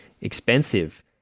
expensive